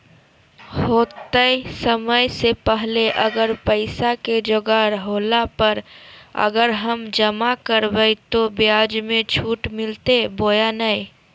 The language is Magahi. होतय समय से पहले अगर पैसा के जोगाड़ होला पर, अगर हम जमा करबय तो, ब्याज मे छुट मिलते बोया नय?